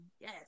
Yes